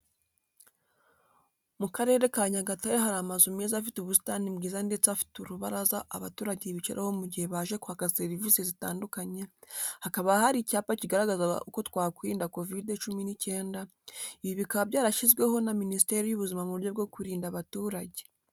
Mu Karere ka Nyagatare hari amazu meza afite ubusitani bwiza ndetse afite urubaraza abaturage bicaraho mu gihe baje kwaka serivise zitandukanye, hakaba hari icyapa kigaragaza uko twakirinda Covide cumi n'icyenda, ibi bikaba byarashyizweho na Minisiteri y'Ubuzima mu buryo bwo kurinda abaturage.